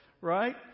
right